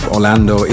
Orlando